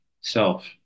self